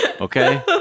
okay